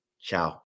Ciao